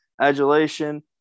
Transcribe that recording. adulation